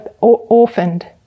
orphaned